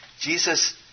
Jesus